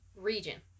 region